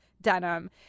denim